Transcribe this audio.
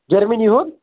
Germany ہُنٛد